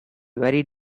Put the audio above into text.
very